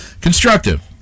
constructive